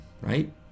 Right